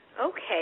Okay